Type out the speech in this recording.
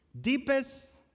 deepest